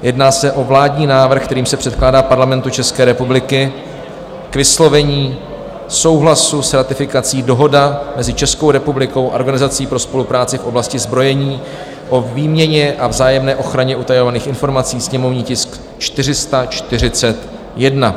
Jedná se o vládní návrh, kterým se předkládá Parlamentu ČR k vyslovení souhlasu s ratifikací Dohoda mezi Českou republikou a Organizací pro spolupráci v oblasti zbrojení o výměně a vzájemné ochraně utajovaných informací, sněmovní tisk 441.